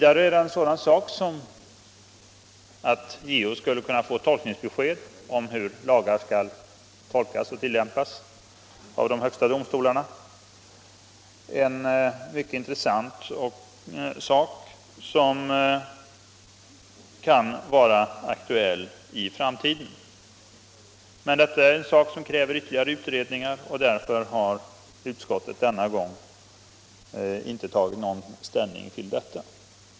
Att JO skulle kunna få tolkningsbesked från de högsta domstolarna om hur lagarna skall tolkas och tillämpas är en mycket intressant sak som kan vara aktuell i framtiden, men detta kräver ytterligare utredningar, och därför har utskottet denna gång inte tagit ställning till frågan.